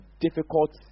difficult